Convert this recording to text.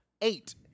Eight